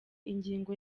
ingingo